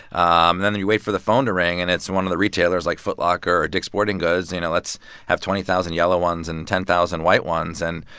um then then you wait for the phone to ring, and it's one of the retailers like foot locker or dick's sporting goods. you know, let's have twenty thousand yellow ones and ten thousand white ones. and,